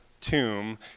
tomb